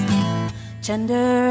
Gender